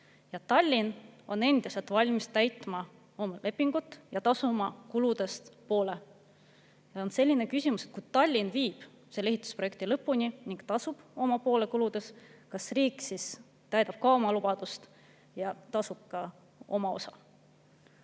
Tallinn on endiselt valmis täitma lepingut ja tasuma kuludest poole. Küsimus on, et kui Tallinn viib selle ehitusprojekti lõpuni ning tasub oma poole kuludest, siis kas riik täidab oma lubaduse ja tasub ka oma osa.